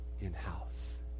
in-house